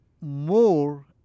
more